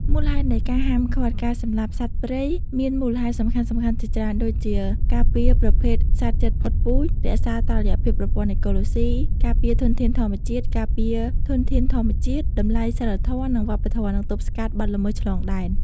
មូលហេតុនៃការហាមឃាត់ការសម្លាប់សត្វព្រៃ មានមូលហេតុសំខាន់ៗជាច្រើន ដូចជា ការពារប្រភេទសត្វជិតផុតពូជ រក្សាតុល្យភាពប្រព័ន្ធអេកូឡូស៊ី ការពារធនធានធម្មជាតិ ការពារធនធានធម្មជាតិ តម្លៃសីលធម៌ និងវប្បធម៌ និងទប់ស្កាត់បទល្មើសឆ្លងដែន។